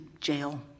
jail